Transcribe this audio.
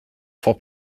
four